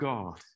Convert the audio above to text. God